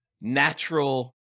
natural